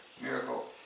Miracle